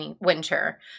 winter